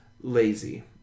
lazy